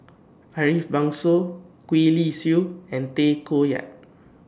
Ariff Bongso Gwee Li Sui and Tay Koh Yat